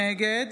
נגד